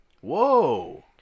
Whoa